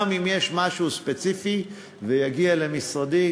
גם אם יש משהו ספציפי והוא יגיע למשרדי,